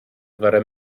fore